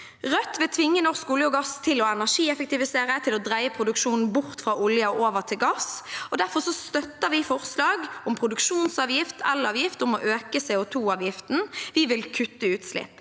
Rødt vil tvinge norsk olje og gass til å energieffektivisere, til å dreie produksjonen bort fra olje og over til gass, og derfor støtter vi forslag om produksjonsavgift, om elavgift og om å øke CO2-avgiften. Vi vil kutte utslipp,